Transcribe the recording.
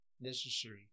necessary